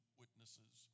witnesses